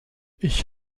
ich